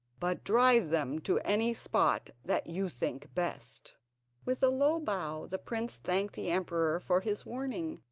but drive them to any spot that you think best with a low bow the prince thanked the emperor for his warning,